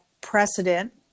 precedent